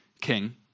king